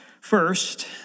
First